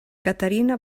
caterina